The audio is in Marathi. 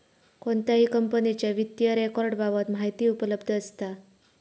कोणत्याही कंपनीच्या वित्तीय रेकॉर्ड बाबत माहिती उपलब्ध असता